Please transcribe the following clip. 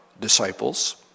disciples